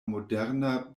moderna